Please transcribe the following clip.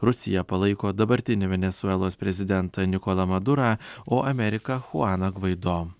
rusija palaiko dabartinį venesuelos prezidentą nikolą madurą o amerika chuaną gvaido